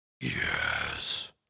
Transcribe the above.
Yes